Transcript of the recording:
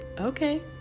okay